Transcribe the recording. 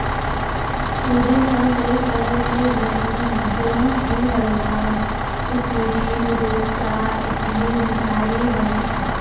सूजी सॅ कई तरह के व्यंजन जेना कि हलवा, खिचड़ी, डोसा, इडली, मिठाई बनै छै